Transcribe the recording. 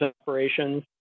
operations